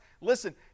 Listen